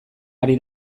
ari